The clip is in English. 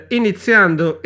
iniziando